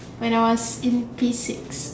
when I was in P six